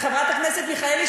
לחברת הכנסת מיכאלי,